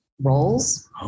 roles